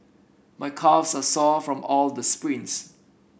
my calves are sore from all the sprints